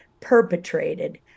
perpetrated